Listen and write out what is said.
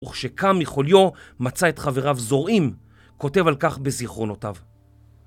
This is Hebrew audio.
וכשקם מחוליו מצא את חבריו זורעים, כותב על כך בזיכרונותיו.